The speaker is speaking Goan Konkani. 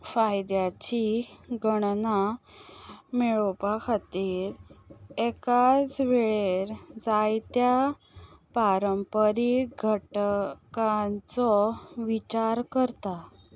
फायद्याची गणना मेळोवपा खातीर एकाच वेळेर जायत्या पारंपरी घटकांचो विचार करता